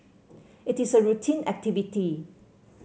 it is a routine activity